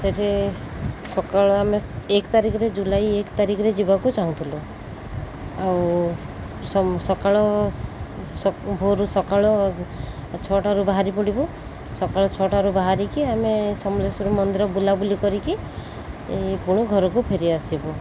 ସେଠି ସକାଳ ଆମେ ଏକ ତାରିଖରେ ଜୁଲାଇ ଏକ ତାରିଖରେ ଯିବାକୁ ଚାହୁଁଥିଲୁ ଆଉ ସ ସକାଳ ଭୋରୁ ସକାଳ ଛଅଟାରୁ ବାହାରି ପଡ଼ିବୁ ସକାଳ ଛଅଟାରୁ ବାହାରିକି ଆମେ ସମଲେଶ୍ୱରୀ ମନ୍ଦିର ବୁଲାବୁଲି କରିକି ପୁଣି ଘରକୁ ଫେରି ଆସିବୁ